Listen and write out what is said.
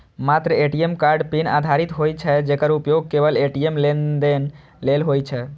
मात्र ATM card PIN आधारित होइ छै, जेकर उपयोग केवल ए.टी.एम लेनदेन लेल होइ छै